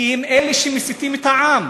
כי הם אלה שמסיתים את העם.